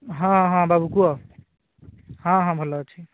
ହଁ ହଁ ବାବୁ କୁହ ହଁ ହଁ ଭଲ ଅଛି